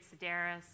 Sedaris